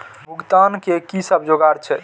भुगतान के कि सब जुगार छे?